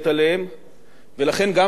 ולכן, גם כשהפיגוע הזה נגמר